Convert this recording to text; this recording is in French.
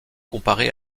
comparée